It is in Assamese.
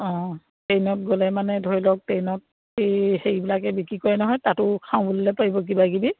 অঁ ট্ৰেইনত গ'লে মানে ধৰি লওক ট্ৰেইনত এই হেৰিবিলাকে বিক্ৰী কৰে নহয় তাতো খাওঁ বুলিলে পাৰিব কিবা কিবি